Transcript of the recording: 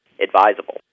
advisable